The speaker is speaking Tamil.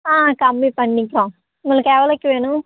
ஆ கம்மி பண்ணிப்போம் உங்களுக்கு எவ்ளோக்கு வேணும்